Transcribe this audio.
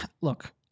Look